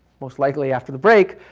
most likely after the break,